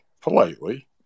politely